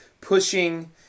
pushing